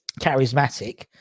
charismatic